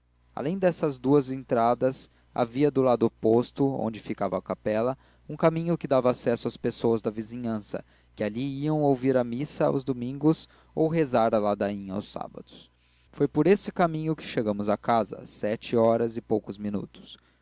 além dessas duas entradas havia do lado oposto onde ficava a capela um caminho que dava acesso às pessoas da vizinhança que ali iam ouvir missa aos domingos ou rezar a ladainha aos sábados foi por esse caminho que chegamos à casa às sete horas e poucos minutos